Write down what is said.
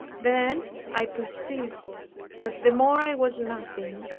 then i perceived that the more i was nothing,